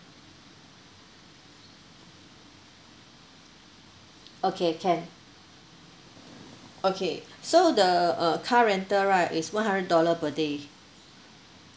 okay can okay so the uh car rental right is one hundred dollar per day